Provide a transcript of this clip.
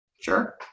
Sure